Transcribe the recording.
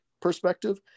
perspective